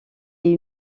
est